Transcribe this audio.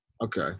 Okay